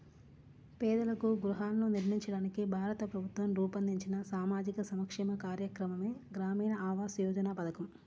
పేదలకు గృహాలను నిర్మించడానికి భారత ప్రభుత్వం రూపొందించిన సామాజిక సంక్షేమ కార్యక్రమమే గ్రామీణ ఆవాస్ యోజన పథకం